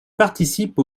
participe